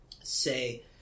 say